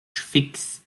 fix